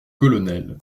colonel